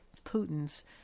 Putin's